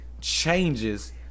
changes